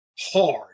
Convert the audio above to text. hard